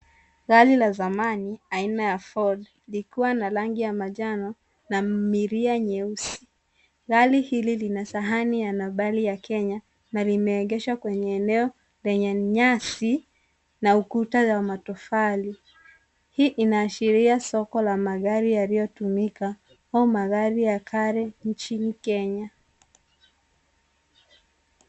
Gari la zamani aina ya Ford likiwa na rangi ya manjano na milia nyeusi. Gari hili lina sahani ya nambari ya Kenya na limeegeshwa kwenye eneo lenye nyasi, na ukuta wa matofali . Hii inaashiria soko la magari yaliyotumika au magari ya kale nchini Kenya.